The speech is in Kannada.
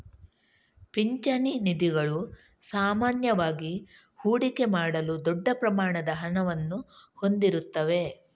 ಪಿಂಚಣಿ ನಿಧಿಗಳು ಸಾಮಾನ್ಯವಾಗಿ ಹೂಡಿಕೆ ಮಾಡಲು ದೊಡ್ಡ ಪ್ರಮಾಣದ ಹಣವನ್ನು ಹೊಂದಿರುತ್ತವೆ